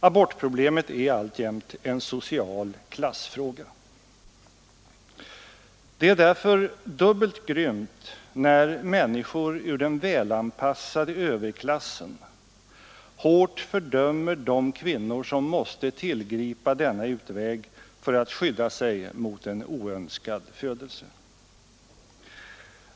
Abortproblemet är alltjämt en social klassfråga. Det är därför dubbelt grymt när människor ur den välanpassade överklassen hårt fördömer de kvinnor som måste tillgripa denna utväg för att skydda sig mot en oönskad födelse.